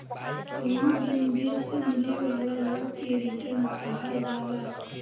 कवनो भी निवेश से मिले वाला लाभ के रिटर्न कहल जाला